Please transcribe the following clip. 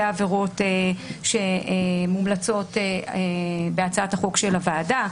העבירות שמומלצות בהצעת החוק של הוועדה,